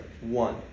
one